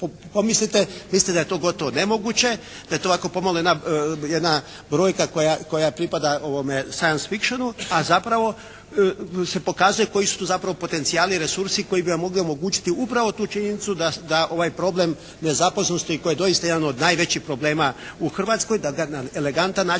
mislite da je to gotovo nemoguće, da je to ovako pomalo jedna brojka koja pripada ovome science fiction, a zapravo se pokazuje koji su tu zapravo potencijali, resursi koji bi vam mogli omogućiti upravo tu činjenicu da ovaj problem nezaposlenosti koji je doista jedan od najvećih problema u Hrvatskoj, da ga na elegantan način